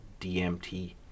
DMT